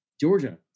Georgia